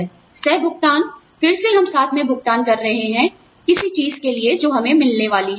सहभुगतान फिर से हम साथ में भुगतान कर रहे हैं किसी चीज के लिए जो हमें मिलने वाली है